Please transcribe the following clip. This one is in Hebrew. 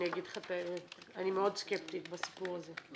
אני אגיד לך את האמת, אני מאוד סקפטית בסיפור הזה.